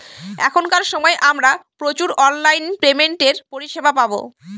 এখনকার সময় আমরা প্রচুর অনলাইন পেমেন্টের পরিষেবা পাবো